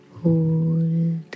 Hold